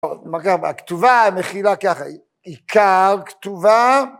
‫הכתובה המכילה ככה, ‫עיקר כתובה...